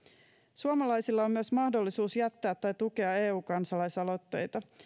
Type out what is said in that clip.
suomalaisilla on myös mahdollisuus jättää tai tukea eu kansalaisaloitteita